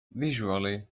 visually